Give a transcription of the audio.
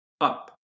up